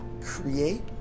create